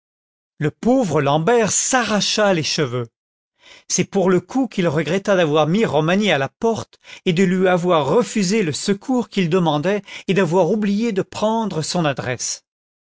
le pauvre l'ambert s'arracha les cheveux c'est pour le coup qu'il regretta d'avoir mis romagné à la porte et de lui avoir refusé le secours qu'il demandait et d'avoir oublié de prendre son adresse